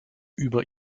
über